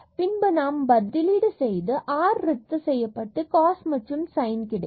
பின்பு நாம் பதிலீடு செய்து ஆர் ரத்து செய்யப்பட்டு காஸ் மற்றும் சைன் கிடைக்கும்